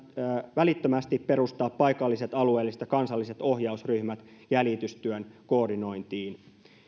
välittömästi perustaa paikalliset alueelliset ja kansalliset ohjausryhmät jäljitystyön koordinointiin